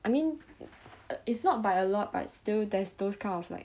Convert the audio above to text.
I mean it's not by a lot but still there's those kind of like